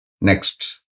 Next